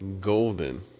golden